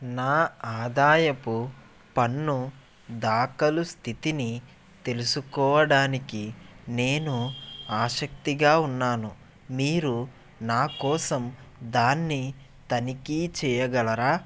నా ఆదాయపు పన్ను దాఖలు స్థితిని తెలుసుకోవడానికి నేను ఆసక్తిగా ఉన్నాను మీరు నా కోసం దాన్ని తనిఖీ చేయగలరా